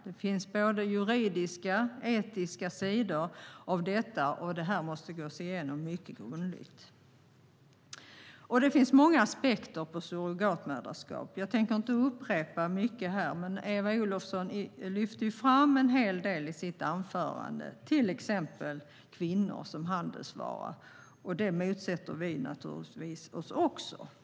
Det finns både juridiska och etiska sidor av detta, och frågan måste gås igenom mycket grundligt. Det finns många aspekter på surrogatmoderskap. Jag tänker inte upprepa mycket här, men Eva Olofsson lyfte fram en hel del i sitt anförande, till exempel kvinnor som handelsvara. Det motsätter naturligtvis vi oss också.